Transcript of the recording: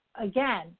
Again